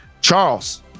Charles